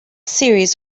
series